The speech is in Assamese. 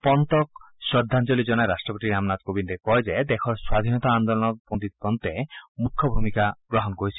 পণ্টক শ্ৰদ্ধাঞ্জলি জনাই ৰট্টপতি ৰামনাথ কোবিন্দে কয় যে দেশৰ স্বাধীনতা আন্দোলনত পণ্ডিত পণ্টে মুখ্য ভূমিকা গ্ৰহণ কৰিছিল